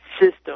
system